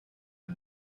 are